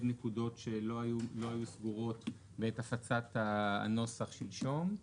נקודות שלא היו סגורות בעת הפצת הנוסח שלשום,